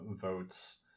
votes